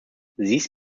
these